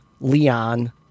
Leon